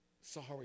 sorry